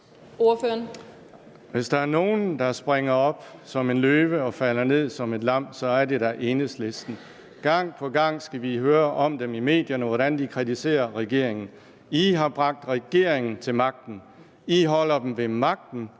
Hvis der er nogen, der springer op som en løve og falder ned som et lam, så er det da Enhedslisten. Gang på gang skal vi høre om dem i medierne, hvordan de kritiserer regeringen. Enhedslisten har bragt regeringen til magten. Enhedslisten holder den ved magten,